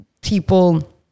people